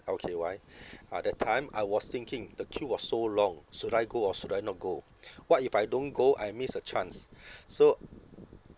L_K_Y ah that time I was thinking the queue was so long should I go or should I not go what if I don't go I miss a chance so